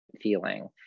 feeling